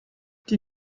die